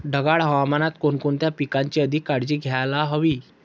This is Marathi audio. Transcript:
ढगाळ हवामानात कोणकोणत्या पिकांची अधिक काळजी घ्यायला हवी?